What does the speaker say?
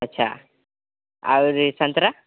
अच्छा और सन्तरा